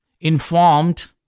informed